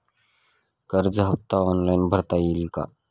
कर्ज हफ्ता ऑनलाईन भरता येईल का?